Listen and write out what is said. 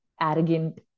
arrogant